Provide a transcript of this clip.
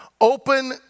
Open